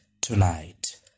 tonight